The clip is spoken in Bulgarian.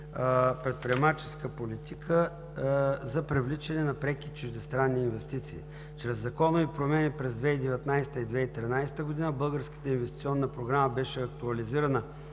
предприемчива политика за привличане на преки чуждестранни инвестиции. Чрез законови промени през 2009 г. и 2013 г. Българската инвестиционна програма бе актуализирана